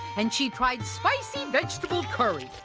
and she tried spicy vegetables curry.